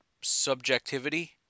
subjectivity